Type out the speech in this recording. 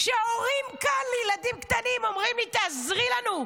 שהורים כאן לילדים קטנים אומרים לי: תעזרי לנו,